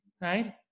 right